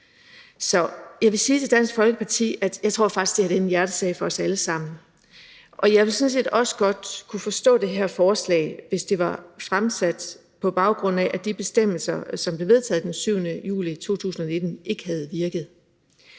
Så jeg vil sige til Dansk Folkeparti, at jeg faktisk tror, at det her er en hjertesag for os alle sammen. Jeg ville sådan set også godt kunne forstå det her forslag, hvis det var fremsat, på baggrund af at de bestemmelser, som blev vedtaget den 7. juli 2019, ikke havde virket.